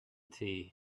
tea